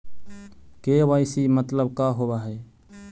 KYC मतलब का होव हइ?